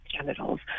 genitals